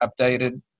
updated